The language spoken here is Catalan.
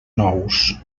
nous